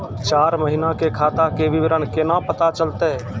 चार महिना के खाता के विवरण केना पता चलतै?